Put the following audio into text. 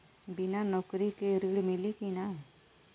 बिना नौकरी के ऋण मिली कि ना?